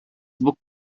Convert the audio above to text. book